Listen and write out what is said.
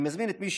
אני מזמין את מי,